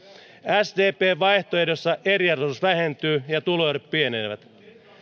sdpn vaihtoehdossa eriarvoisuus vähentyy ja tuloerot pienenevät